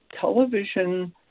television